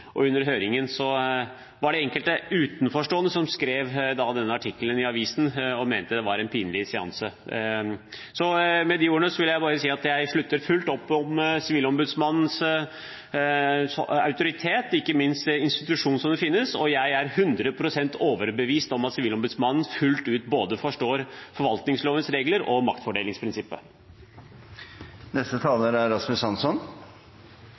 høringen var det enkelte utenforstående som da skrev denne artikkelen i avisen og mente det var en pinlig seanse. Med de ordene vil jeg bare si at jeg slutter fullt opp om Sivilombudsmannens autoritet, ikke minst institusjonen som den finnes, og jeg er 100 pst. overbevist om at Sivilombudsmannen fullt ut forstår både forvaltningslovens regler og maktfordelingsprinsippet.